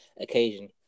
occasion